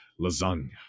lasagna